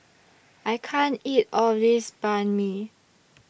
I can't eat All of This Banh MI